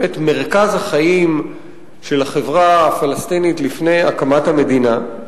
מרכז החיים של החברה הפלסטינית לפני הקמת המדינה,